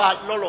גם אני.